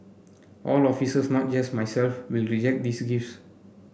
all officers not just myself will reject these gifts